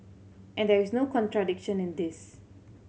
and there is no contradiction in this